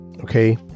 okay